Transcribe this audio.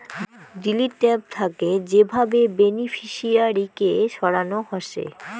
delete tab থাকে যে ভাবে বেনিফিশিয়ারি কে সরানো হসে